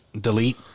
delete